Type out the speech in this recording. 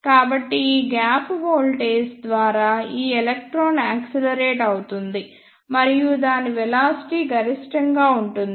కాబట్టి ఈ gap voltage ద్వారా ఈ ఎలక్ట్రాన్ యాక్సిలరేట్ అవుతుంది మరియు దాని వెలాసిటీ గరిష్టంగా ఉంటుంది